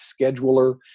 scheduler